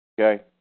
Okay